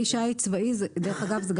דרך אגב,